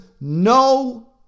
no